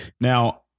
Now